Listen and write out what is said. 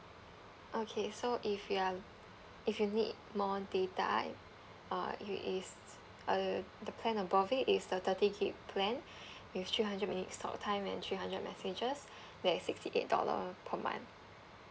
okay so if you are if you need more data uh it is uh the plan above it is the thirty GIG plan with three hundred minutes talk time and three hundred messages that is sixty eight dollar per month